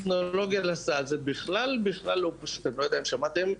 --- אני לא יודע אם שמעתם,